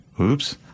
Oops